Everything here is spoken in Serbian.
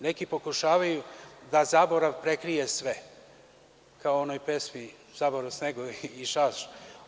Neki pokušavaju da zaborav prekrije sve, kao u onoj pesmi„Zaborav, snegovi i šaš“